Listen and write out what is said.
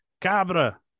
cabra